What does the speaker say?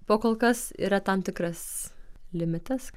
po kol kas yra tam tikras limitas